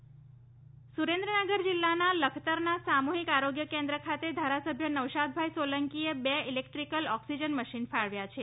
electrical oxygen machine Surendranagar જિલ્લાના લખતરના સામુહિક આરોગ્ય કેન્દ્ર ખાતે ધારાસભ્ય નૌશાદભાઈ સોલંકીએ બે ઇલેક્ટ્રિકલ ઓક્સિજન મશીન ફાળવ્યા છે